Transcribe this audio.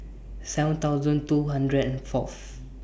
seven thousand two hundred and Fourth